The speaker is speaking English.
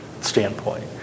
standpoint